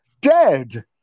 dead